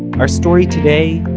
our story today,